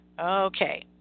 okay